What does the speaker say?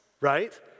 right